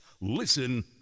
Listen